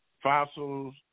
fossils